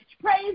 Praise